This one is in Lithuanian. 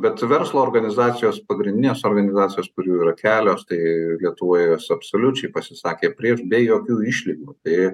bet verslo organizacijos pagrindinės organizacijos kurių yra kelios tai lietuvoj jos absoliučiai pasisakė prieš be jokių išlygų tai